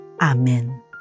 Amen